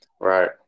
Right